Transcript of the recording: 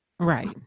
Right